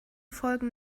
folgen